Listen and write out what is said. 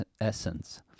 essence